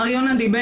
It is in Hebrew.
מר יונה,